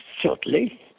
shortly